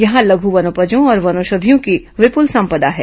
यहां लघु वनोपजों और वनौषधियों की विपूल संपदा है